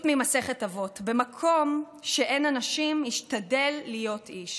ממסכת אבות: "במקום שאין אנשים, השתדל להיות איש".